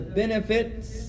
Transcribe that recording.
benefits